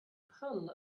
pull